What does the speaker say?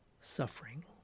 suffering